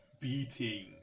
beating